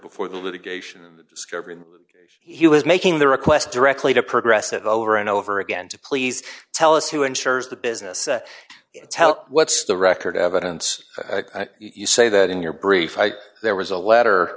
before the litigation discovery he was making the request directly to progressive over and over again to please tell us who ensures the business tell what's the record evidence you say that in your brief there was a letter